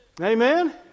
Amen